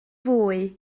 fwy